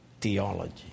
theology